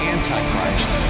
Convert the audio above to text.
Antichrist